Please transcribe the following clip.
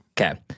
Okay